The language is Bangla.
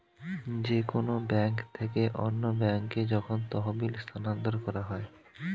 যে কোন ব্যাংক থেকে অন্য ব্যাংকে যখন তহবিল স্থানান্তর করা হয়